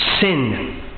sin